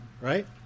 right